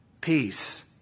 peace